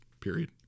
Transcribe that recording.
period